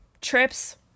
trips